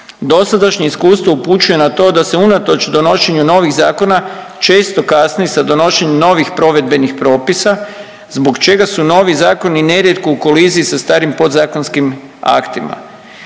Dosadašnje iskustvo upućuje na to da se unatoč donošenju novih zakona često kasni sa donošenjem novih provedbenih propisa, zbog čega su novi zakoni nerijetko u koliziji sa starim podzakonskim aktima.